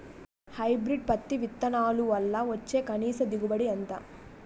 Hybrid పత్తి విత్తనాలు వల్ల వచ్చే కనీస దిగుబడి ఎంత?